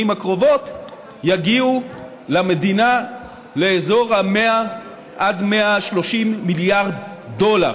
הקרובות יגיעו לאזור ה-100 130 מיליארד דולר.